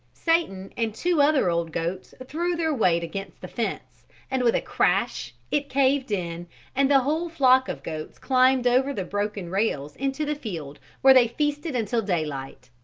satan and two other old goats threw their weight against the fence and with a crash it caved in and the whole flock of goats climbed over the broken rails into the field where they feasted until daylight.